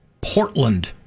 Portland